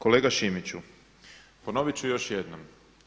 Kolega Šimiću, ponovit ću još jednom.